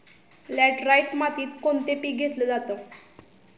Laterite मातीत कोणते पीक घेतले जाते?